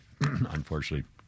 unfortunately